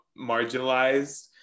marginalized